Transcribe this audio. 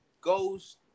goes